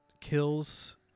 kills